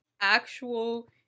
actual